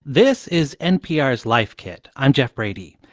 this is npr's life kit. i'm jeff brady.